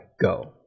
go